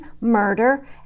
murder